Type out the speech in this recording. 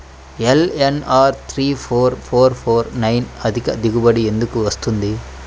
LNR three four four four nine అధిక దిగుబడి ఎందుకు వస్తుంది?